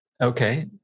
okay